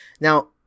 Now